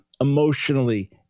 emotionally